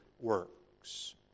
works